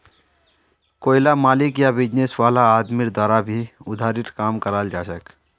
कोईला मालिक या बिजनेस वाला आदमीर द्वारा भी उधारीर काम कराल जाछेक